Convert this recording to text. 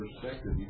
perspective